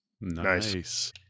Nice